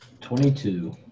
Twenty-two